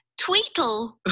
tweetle